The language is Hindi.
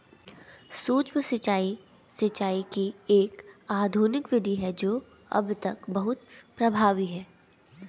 सूक्ष्म सिंचाई, सिंचाई की एक आधुनिक विधि है जो अब तक बहुत प्रभावी है